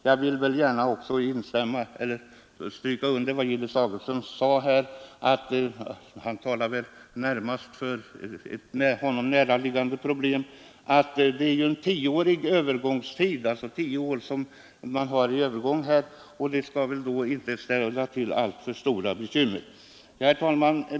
Jag vill gärna också stryka under vad Gillis Augustsson sade — han talade väl närmast för ett honom näraliggande problem — nämligen att det ju skall vara en tioårig övergångstid. Det skall väl därför inte behöva bli alltför mycket bekymmer på området. Herr talman!